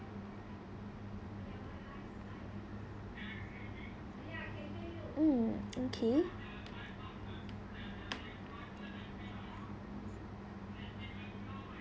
mm okay